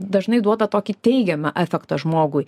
dažnai duoda tokį teigiamą efektą žmogui